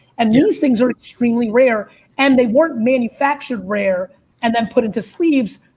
and news things are extremely rare and they weren't manufactured rare and then put into sleeves.